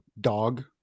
dog